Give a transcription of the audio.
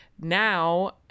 now